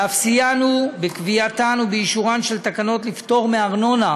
ואף סייענו בקביעתן ובאישורן של תקנות לפטור מארנונה